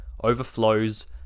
overflows